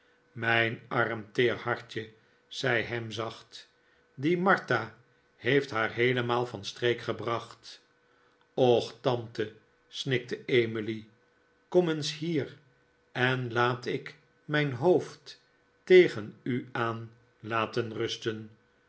mijn arm teer hartje zei ham zacht die martha heeft haar heelemaal van streek gebracht och tante snikte emily kom eens hier en laat ik mijn hoofd tegen u aan laten rusten